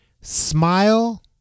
smile